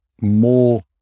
more